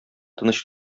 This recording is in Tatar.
тыныч